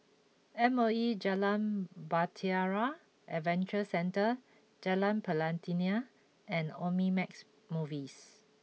M O E Jalan Bahtera Adventure Centre Jalan Pelatina and Omnimax Movies